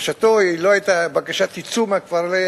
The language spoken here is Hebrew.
בקשתו לא היתה בקשה: תצאו מהכפר,